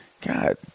God